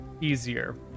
easier